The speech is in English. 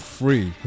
free